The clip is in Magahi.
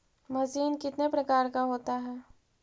मशीन कितने प्रकार का होता है?